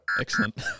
Excellent